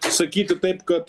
sakyti taip kad